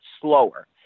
slower